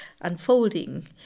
unfolding